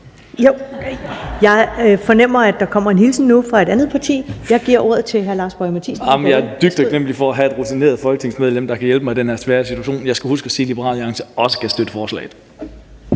jeg fornemmer, at der kommer en hilsen nu fra et andet parti. Jeg giver ordet til hr. Lars Boje Mathiesen igen. Kl. 14:14 (Ordfører) Lars Boje Mathiesen (NB): Jeg er dybt taknemlig for at have et rutineret folketingsmedlem, der kan hjælpe mig i den her svære situation. Jeg skal huske at sige, at Liberal Alliance også kan støtte forslaget.